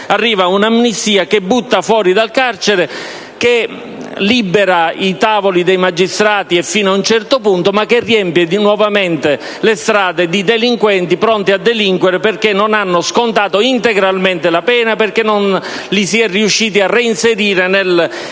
arriva un'amnistia che butta fuori dal carcere e libera i tavoli dei magistrati (in realtà, fino ad un certo punto), anche se riempie nuovamente le strade di delinquenti pronti a delinquere, perché non hanno scontato integralmente la pena e perché non sono stati reinseriti nel